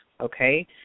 okay